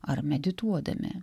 ar medituodami